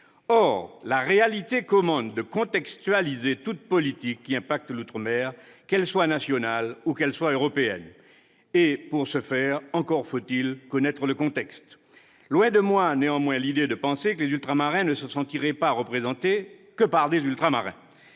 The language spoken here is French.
Or la réalité commande de contextualiser toute politique impactant l'outre-mer, qu'elle soit nationale ou européenne. Pour ce faire, encore faut-il connaître le contexte ! Loin de moi, néanmoins, l'idée de penser que les Ultramarins ne se sentiraient représentés que par des Ultramarins.